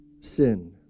sin